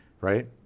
right